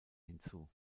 hinzu